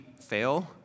fail